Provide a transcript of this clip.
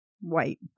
White